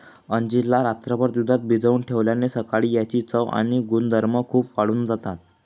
अंजीर ला रात्रभर दुधात भिजवून ठेवल्याने सकाळी याची चव आणि गुणधर्म खूप वाढून जातात